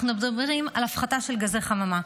אנחנו מדברים על הפחתה של גזי חממה.